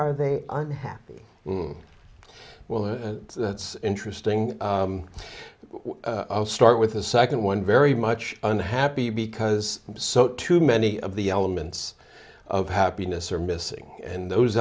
are they aren't happy well that's interesting i'll start with the second one very much unhappy because so too many of the elements of happiness are missing and those